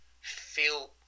feel